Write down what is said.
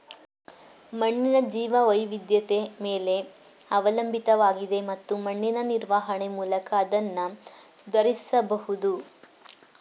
ಮಣ್ಣಿನ ಜೀವವೈವಿಧ್ಯತೆ ಮೇಲೆ ಅವಲಂಬಿತವಾಗಿದೆ ಮತ್ತು ಮಣ್ಣಿನ ನಿರ್ವಹಣೆ ಮೂಲಕ ಅದ್ನ ಸುಧಾರಿಸ್ಬಹುದು